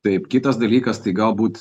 taip kitas dalykas tai galbūt